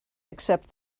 except